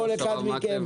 קצר.